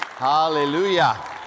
Hallelujah